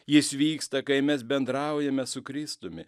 jis vyksta kai mes bendraujame su kristumi